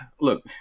look